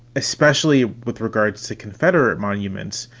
especially with regards to confederate monuments,